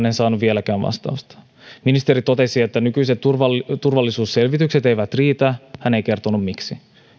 en saanut vieläkään vastausta ministeri totesi että nykyiset turvallisuusselvitykset eivät riitä hän ei kertonut miksi